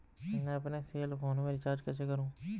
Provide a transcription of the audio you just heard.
मैं अपने cell phone में रिचार्ज कैसे करूँ?